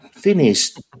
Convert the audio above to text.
finished